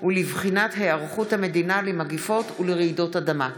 ולבחינת היערכות המדינה למגפות ולרעידות אדמה.